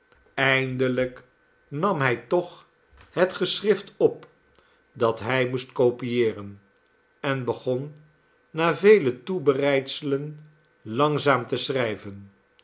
eindelijk nam hij toch het geschrift op dat hij moest kopieeren en begon na vele toebereidselen langzaam te schrijven